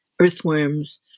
earthworms